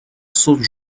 saute